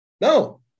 No